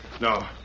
No